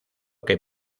que